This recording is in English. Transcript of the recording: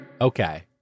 Okay